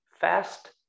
fast